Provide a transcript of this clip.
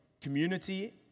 community